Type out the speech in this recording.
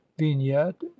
vignette